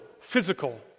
physical